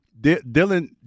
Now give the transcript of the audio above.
Dylan